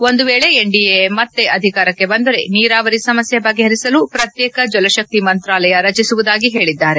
ಒಂದು ವೇಳೆ ಎನ್ಡಿಎ ಮತ್ತೆ ಅಧಿಕಾರಕ್ಕೆ ಬಂದರೆ ನೀರಾವರಿ ಸಮಸ್ಯೆ ಬಗೆಹರಿಸಲು ಪ್ರತ್ಯೇಕ ಜಲಶಕ್ತಿ ಮಂತ್ರಾಲಾಯ ರಚಿಸುವುದಾಗಿ ಹೇಳಿದ್ದಾರೆ